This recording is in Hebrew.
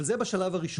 אבל זה בשלב הראשון.